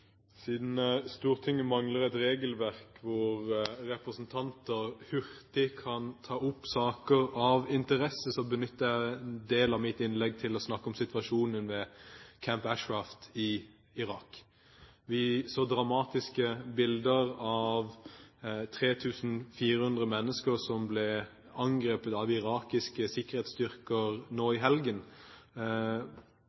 saker av interesse, benytter jeg en del av mitt innlegg til å snakke om situasjonen ved Camp Ashraf i Irak. Vi har sett dramatiske bilder av 3 400 mennesker som ble angrepet av irakiske sikkerhetsstyrker nå